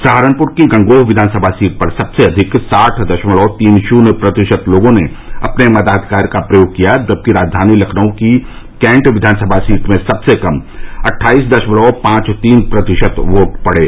सहारनपुर की गंगोह विधानसभा सीट पर सबसे अधिक साठ दशमलव तीन शुन्य प्रतिशत लोगों ने अपने मताधिकार का प्रयोग किया जबकि राजधानी लखनऊ की कैंट विघानसभा सीट में सबसे कम अट्ठाईस दशमलव पांच तीन प्रतिशत वोट पड़े